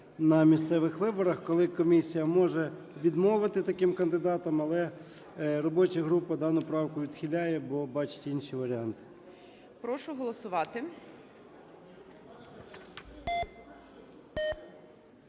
на місцевих виборах, коли комісія може відмовити таким кандидатам. Але робоча група дану правку відхиляє, бо бачить інші варіанти.